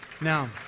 Now